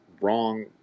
wrong